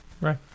Right